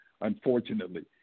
unfortunately